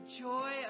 joy